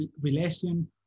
relation